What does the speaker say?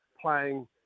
playing